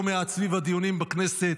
לא מעט סביב הדיונים בכנסת,